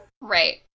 Right